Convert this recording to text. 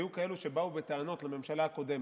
היו כאלה שבאו בטענות לממשלה הקודמת.